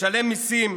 משלם מיסים,